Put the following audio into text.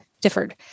differed